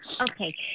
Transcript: Okay